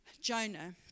Jonah